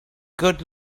good